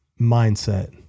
mindset